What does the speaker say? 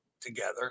together